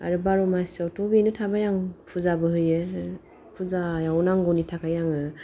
आरो बार' मासियावथ' बेनो थाबाय आं फुजाबो होयो फुजायाव नांगौनि थाखाय आङो